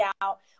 out